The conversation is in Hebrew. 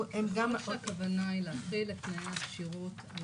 הם גם --- ככל שהכוונה היא להחיל את תנאי הכשירות על